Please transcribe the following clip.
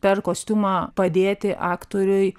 per kostiumą padėti aktoriui